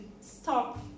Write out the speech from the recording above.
stop